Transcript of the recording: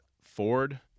Ford